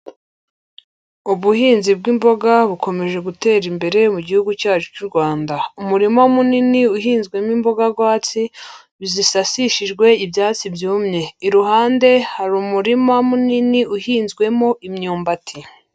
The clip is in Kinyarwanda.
Ubuhinzi bw'imboga bukomeje gutera imbere mu gihugu cyacu cy'u Rwanda. umurima munini uhinzwemo imboga rwatsi zisasishijwe ibyatsi byumye, iruhande hari umurima munini uhinzwemo imyumbati.